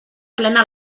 plena